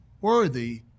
worthy